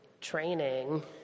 training